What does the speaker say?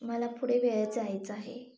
मला पुढे वेळेत जायचं आहे